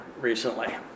recently